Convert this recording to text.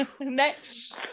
Next